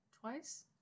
twice